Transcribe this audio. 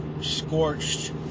scorched